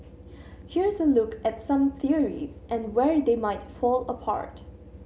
here's a look at some theories and where they might fall apart